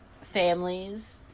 families